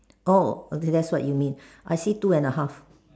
oh okay that's what you mean I see two and a half